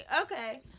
Okay